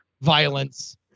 violence